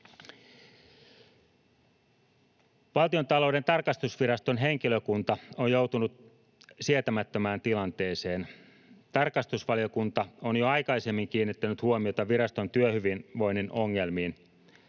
Valtiontalouden tarkastusviraston henkilökunta on joutunut sietämättömään tilanteeseen. Tarkastusvaliokunta on jo aikaisemmin kiinnittänyt huomiota viraston työhyvinvoinnin ongelmiin.